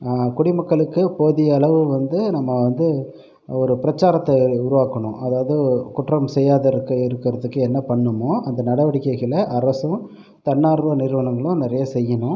குடிமக்களுக்கு போதிய அளவு வந்து நம்ம வந்து ஒரு ப்ரச்சாரத்தை உருவாக்கணும் அதாவது குற்றம் செய்யாதிருக்க இருக்குறதுக்கு என்ன பண்ணுமோ அந்த நடவடிக்கைகளை அரசும் தன்னார்வ நிறுவனங்களும் நிறைய செய்யணும்